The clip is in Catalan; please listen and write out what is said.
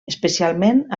especialment